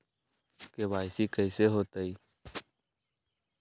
KYC कैसे होतई?